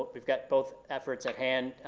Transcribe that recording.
we've got both efforts at hand,